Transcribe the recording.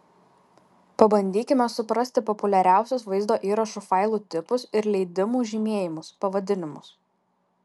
pabandykime suprasti populiariausius vaizdo įrašų failų tipus ir leidimų žymėjimus pavadinimus